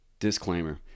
Disclaimer